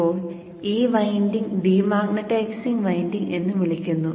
ഇപ്പോൾ ഈ winding demagnetising winding എന്ന് വിളിക്കുന്നു